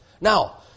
Now